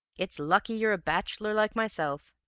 it's lucky you're a bachelor like myself